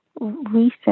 recent